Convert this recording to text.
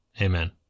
Amen